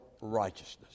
righteousness